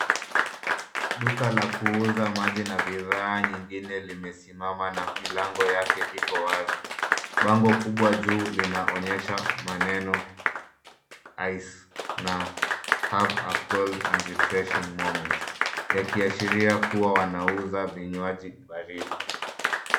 Duka la kuuza maji na bidhaa nyingine limesimama na milango yake iko wazi. Bango kubwa juu linaonyesha maneno ice na Have a cold and refreshing moment ,yakiashiria kuwa wanauza vinywaji baridi.